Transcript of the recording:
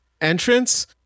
entrance